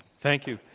thank you.